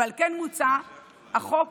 ועל כן מוצע בחוק